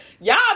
Y'all